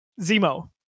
Zemo